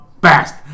best